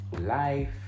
life